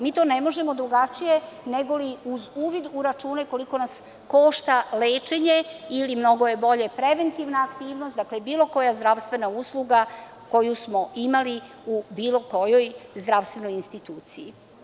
Mi to ne možemo drugačije nego uz uvid u račune koliko nas košta lečenje ili, mnogo je bolje, preventivna aktivnost, bilo koja zdravstvena usluga koju smo imali u bilo kojoj zdravstvenoj instituciji.